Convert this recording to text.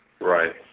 Right